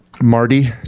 Marty